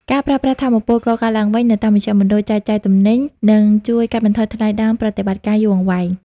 ការប្រើប្រាស់ "ថាមពលកកើតឡើងវិញ" នៅតាមមជ្ឈមណ្ឌលចែកចាយទំនិញ នឹងជួយកាត់បន្ថយថ្លៃដើមប្រតិបត្តិការយូរអង្វែង។